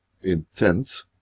intent